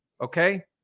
Okay